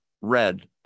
red